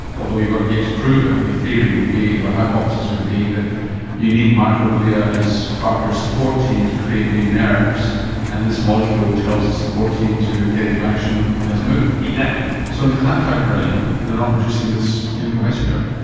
although you've got yet to prove it, the theory would be, the hypothesis would be that you need microglia as part of your support team to create new nerves and this molecule tells the support team to get into action and let's move. exactly. so in the clapped-out brain they are not producing this chemical messenger?